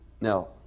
Now